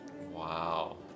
Wow